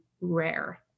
rare